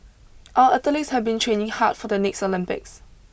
our athletes have been training hard for the next Olympics